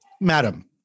Madam